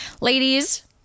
ladies